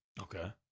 Okay